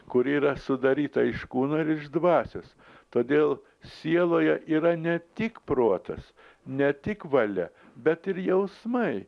kuri yra sudaryta iš kūno ir iš dvasios todėl sieloje yra ne tik protas ne tik valia bet ir jausmai